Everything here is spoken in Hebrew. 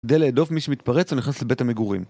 כדי להדוף מי שמתפרץ הוא נכנס לבית המגורים